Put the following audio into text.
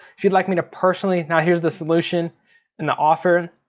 if you'd like me to personally, now here's the solution and the offer.